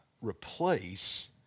replace